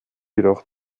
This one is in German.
jedoch